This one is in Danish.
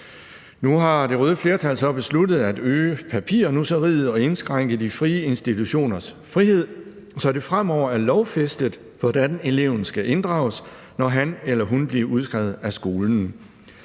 Nu har det røde flertal så besluttet at øge papirnusseriet og indskrænke de frie institutioners frihed, så det fremover er lovfæstet, hvordan eleven skal inddrages, når han eller hun bliver udskrevet af skolen.